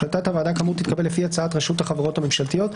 החלטת הוועדה כאמור תתקבל לפי הצעת רשות החברות הממשלתיות,